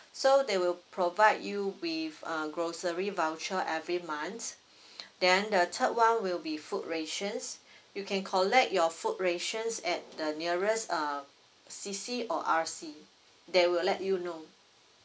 so they will provide you with err grocery voucher every month then the third one will be food rations you can collect your food rations at the nearest uh C_C or R_C they will let you know